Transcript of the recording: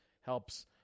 helps